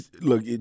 Look